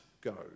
go